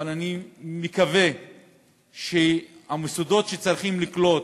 אבל אני מקווה שהמוסדות שצריכים לקלוט,